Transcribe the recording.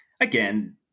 again